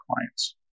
clients